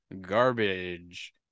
garbage